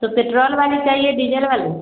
तो पेट्रोल वाली चाहिए डीजल वाली